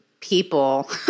people